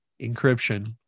encryption